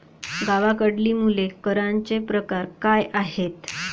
गावाकडली मुले करांचे प्रकार काय आहेत?